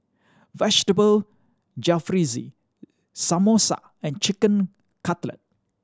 Vegetable Jalfrezi Samosa and Chicken Cutlet